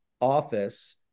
office